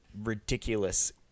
ridiculous